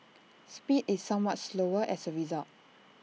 speed is somewhat slower as A result